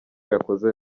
yakoze